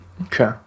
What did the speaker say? Okay